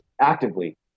actively